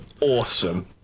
awesome